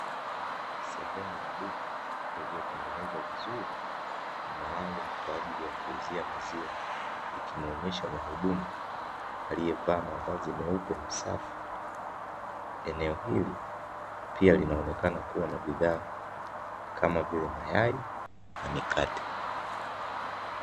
Sehemu ya duka iliyotengenezwa vizuri, maalumu kwa ajili ya kuuzia maziwa, ikimuonyesha muhudumu aliyevaa mavazi meupe, masafi. Eneo hili pia linaonekana kuwa na bidhaa kama vile mayai na mikate.